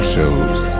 Shows